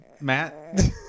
matt